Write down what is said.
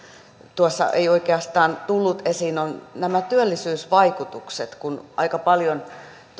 tuossa ei oikeastaan tullut esiin ovat nämä työllisyysvaikutukset kun aika paljon